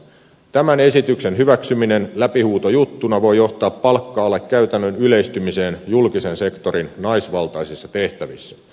tämän esityksen hyväksyminen läpihuutojuttuna voi johtaa palkka alekäytännön yleistymiseen julkisen sektorin naisvaltaisissa tehtävissä